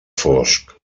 fosc